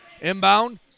Inbound